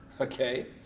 okay